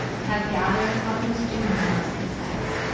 have gathered what was due me of success.